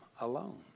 alone